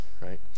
right